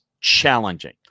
challenging